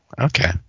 okay